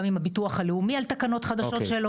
עם הביטוח הלאומי על תקנות חדשות שלו.